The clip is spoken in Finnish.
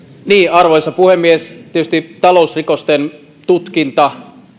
arvoisa puhemies tietysti talousrikosten tutkinta